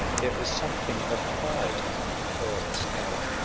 there is something of pride in the perilous hour,